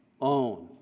own